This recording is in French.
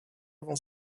avant